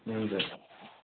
हुन्छ